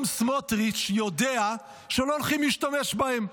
גם סמוטריץ' יודע שלא הולכים להשתמש בהם.